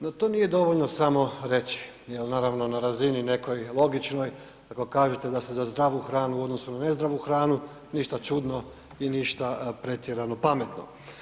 No, to nije dovoljno samo reći jer naravno na razini nekoj logičnoj ako kažete da ste za zdravu hranu u odnosu na nezdravu hranu, ništa čudno i ništa pretjerano pametno.